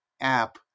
app